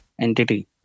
entity